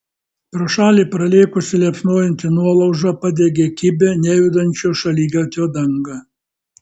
pro šalį pralėkusi liepsnojanti nuolauža padegė kibią nejudančio šaligatvio dangą